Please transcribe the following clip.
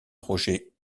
roger